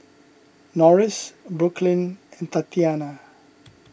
Norris Brooklynn and Tatyana